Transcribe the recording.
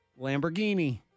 Lamborghini